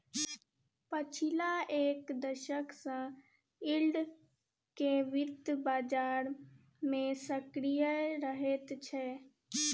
पछिला एक दशक सँ यील्ड केँ बित्त बजार मे सक्रिय रहैत छै